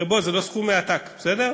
הרי אלה לא סכומי עתק, בסדר?